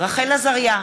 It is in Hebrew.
רחל עזריה,